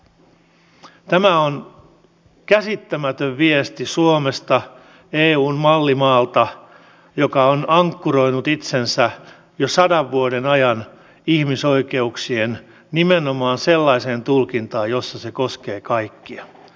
tämä on käsittämätön viesti suomesta eun mallimaalta joka on ankkuroinut itsensä jo sadan vuoden ajan ihmisoikeuksien nimenomaan sellaiseen tulkintaan jossa ne koskevat kaikkia